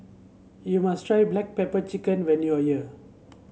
you must try Black Pepper Chicken when you are here